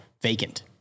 vacant